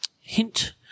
hint